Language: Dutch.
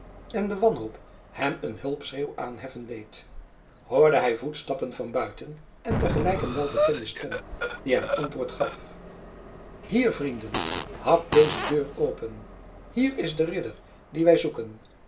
en de wanhoop hem een hulpgeschreeuw aanheffen deed hoorde hij voetstappen van buiten en te gelijk een welbekende stem die hem antwoord gaf hier vrienden hakt deze deur open hier is de ridder dien wij zoeken